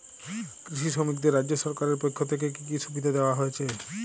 কৃষি শ্রমিকদের রাজ্য সরকারের পক্ষ থেকে কি কি সুবিধা দেওয়া হয়েছে?